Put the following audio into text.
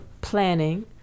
planning